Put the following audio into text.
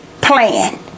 plan